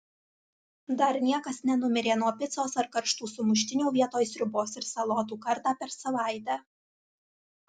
dar niekas nenumirė nuo picos ar karštų sumuštinių vietoj sriubos ir salotų kartą per savaitę